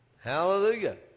Hallelujah